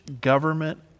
government